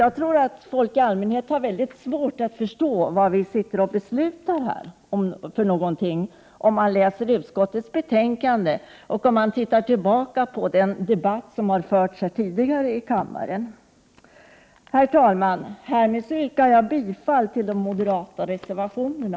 Jag tror att folk i allmänhet har svårt att förstå det beslut som kommer att fattas, mot bakgrund av utskottets betänkande och den debatt som har förts tidigare här i kammaren. Herr talman! Härmed yrkar jag bifall till de moderata reservationerna.